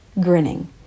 grinning